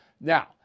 Now